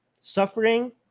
suffering